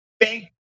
Thank